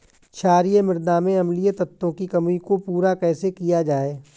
क्षारीए मृदा में अम्लीय तत्वों की कमी को पूरा कैसे किया जाए?